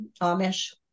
Amish